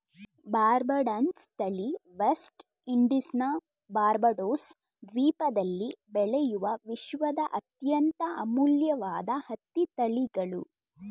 ಬಾರ್ಬಡನ್ಸ್ ತಳಿ ವೆಸ್ಟ್ ಇಂಡೀಸ್ನ ಬಾರ್ಬಡೋಸ್ ದ್ವೀಪದಲ್ಲಿ ಬೆಳೆಯುವ ವಿಶ್ವದ ಅತ್ಯಂತ ಅಮೂಲ್ಯವಾದ ಹತ್ತಿ ತಳಿಗಳು